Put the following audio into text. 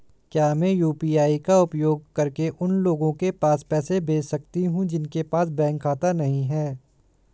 क्या मैं यू.पी.आई का उपयोग करके उन लोगों के पास पैसे भेज सकती हूँ जिनके पास बैंक खाता नहीं है?